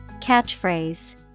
Catchphrase